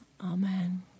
Amen